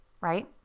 right